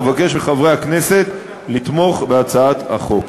אבקש מחברי הכנסת הנכבדים לתמוך בהצעת החוק.